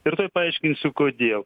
ir tuoj paaiškinsiu kodėl